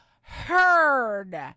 heard